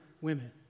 women